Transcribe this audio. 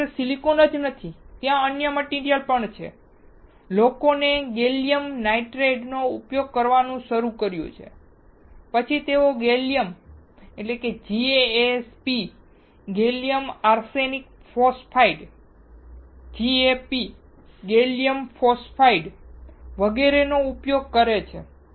તે માત્ર સિલિકોન જ નથી ત્યાં અન્ય મટીરીઅલ પણ છે લોકોએ ગેલિયમ નાઇટ્રેટ નો ઉપયોગ કરવાનું શરૂ કર્યું છે પછી તેઓ gallium GaAsP gallium arsenide phosphide GaP gallium phosphide વગેરેનો ઉપયોગ કરે છે